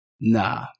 Nah